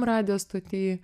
radijo stoty